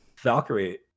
Valkyrie